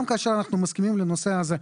גם כאשר אנחנו מסכימים לנושא הזה,